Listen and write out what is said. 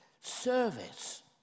Service